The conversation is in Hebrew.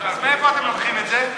אז מאיפה אתם לוקחים את זה?